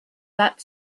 that